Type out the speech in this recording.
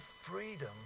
freedom